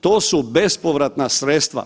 To su bespovratna sredstva.